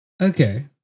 Okay